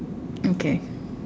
okay